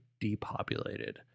depopulated